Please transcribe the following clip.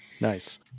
Nice